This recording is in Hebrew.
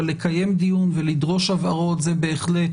אבל לקיים דיון ולדרוש הבהרות זה בהחלט